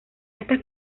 estas